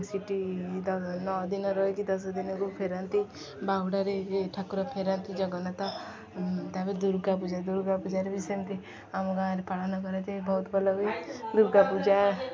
ସେଠି ନଅ ଦିନ ରହିକି ଦଶଦିନକୁ ଫେରନ୍ତି ବାହୁଡ଼ାରେ ଠାକୁର ଫେରନ୍ତି ଜଗନ୍ନାଥ ତା'ପରେ ଦୁର୍ଗା ପୂଜା ଦୁର୍ଗା ପୂଜାରେ ବି ସେମିତି ଆମ ଗାଁରେ ପାଳନ କରାଯାଏ ବହୁତ ଭଲ ହୁଏ ଦୁର୍ଗା ପୂଜା